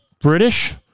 British